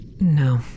No